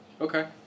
Okay